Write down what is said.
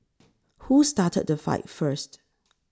who started the fight first